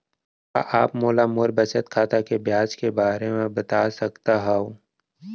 का आप मोला मोर बचत खाता के ब्याज के बारे म बता सकता हव?